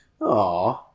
Aw